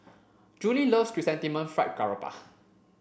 Juli love Chrysanthemum Fried Garoupa